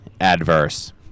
adverse